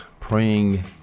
Praying